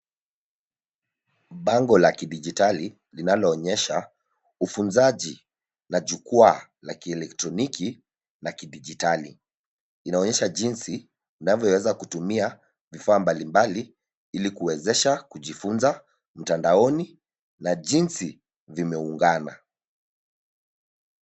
Bango la kidijitali linaloonyesha ufunzaji na jukwaa la kielektroniki na kidijitali. Inaonyesha jinsi unavyoweza kutumia vifaa mbalimbali ili kuwezesha kujifunza mtandaoni na jinsi vimeungana.